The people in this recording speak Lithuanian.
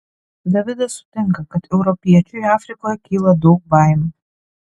davidas sutinka kad europiečiui afrikoje kyla daug baimių